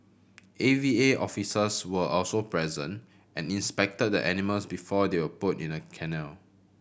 A V A officers were also present and inspected the animals before they were put in the kennel